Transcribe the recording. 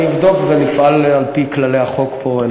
אבדוק ונפעל על-פי כללי החוק פה,